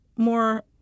more